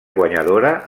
guanyadora